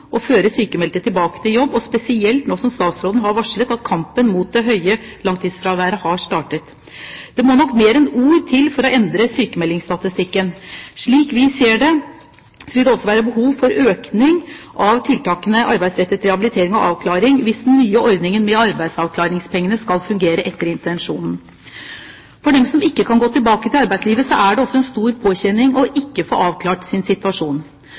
å føre sykmeldte tilbake til jobb, og spesielt nå som statsråden har varslet at kampen mot det høye langtidsfraværet har startet. Det må nok mer enn ord til for å endre sykmeldingsstatistikken. Slik vi ser det, vil det også være behov for økning av tiltakene arbeidsrettet rehabilitering og avklaring hvis den nye ordningen med arbeidsavklaringspengene skal fungere etter intensjonen. For dem som ikke kan gå tilbake til arbeidslivet, er det også en stor påkjenning ikke å få avklart sin situasjon.